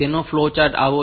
તેનો flow chart આવો છે